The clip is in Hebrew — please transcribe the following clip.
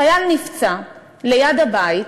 חייל נפצע ליד הבית,